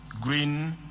green